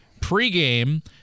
pregame